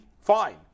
Fine